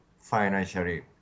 Financially